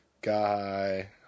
Guy